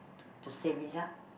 to save it up